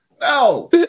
No